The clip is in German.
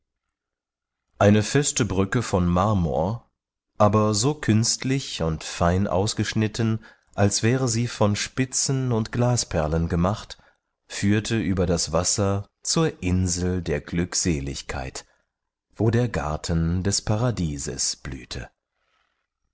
eine feste brücke von marmor aber so künstlich und fein ausgeschnitten als wäre sie von spitzen und glasperlen gemacht führte über das wasser zur insel der glückseligkeit wo der garten des paradieses blühte